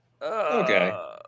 okay